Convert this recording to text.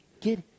get